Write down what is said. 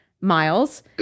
miles